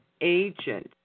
agent